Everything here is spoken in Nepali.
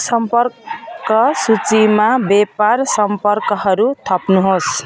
सम्पर्क सूचीमा व्यापार सम्पर्कहरू थप्नुहोस्